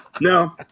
no